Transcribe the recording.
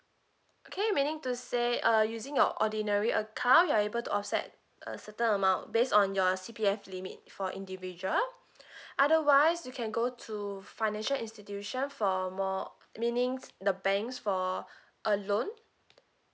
okay meaning to say uh using your ordinary account you are able to offset a certain amount based on your C_P_F limit for individual otherwise you can go to financial institution for more meaning the banks for a loan